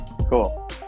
Cool